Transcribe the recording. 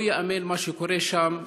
לא ייאמן מה שקורה שם,